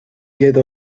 get